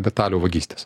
detalių vagystės